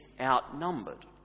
outnumbered